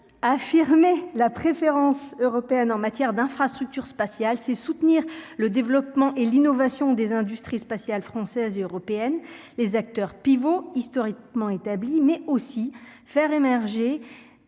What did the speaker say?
affirmé la préférence européenne en matière d'infrastructures spatiales, c'est soutenir le développement et l'innovation des industries spatiales française et européenne, les acteurs pivot historiquement établis, mais aussi faire émerger